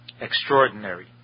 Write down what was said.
extraordinary